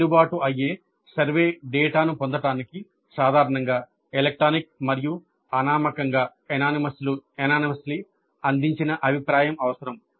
చెల్లుబాటు అయ్యే సర్వే డేటాను పొందడానికి సాధారణంగా ఎలక్ట్రానిక్ మరియు అనామకంగా అందించిన అభిప్రాయం అవసరం